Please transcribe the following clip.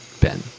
ben